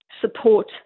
support